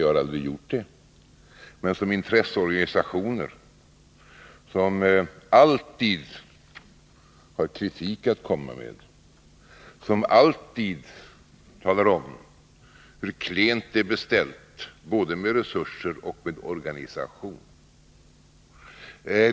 Jag har aldrig gjort det, men vi har vant oss vid att möta den som intresseorganisationer som alltid har kritik att komma med, som alltid talar om hur klent det är beställt både med resurser och med organisation.